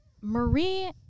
Marie